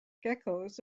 geckos